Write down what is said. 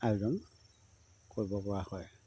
আয়োজন কৰিব পৰা হয়